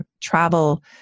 Travel